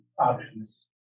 options